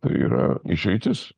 tai yra išeitis